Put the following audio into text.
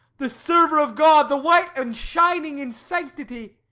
the server of god, the white and shining in sanctity!